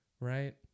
right